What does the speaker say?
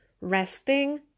resting